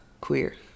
queer